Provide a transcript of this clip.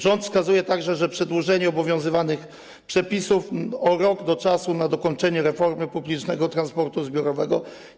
Rząd wskazuje także, że nastąpi przedłużenie obowiązujących przepisów o rok, do czasu dokończenia reformy publicznego transportu zbiorowego.